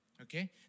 okay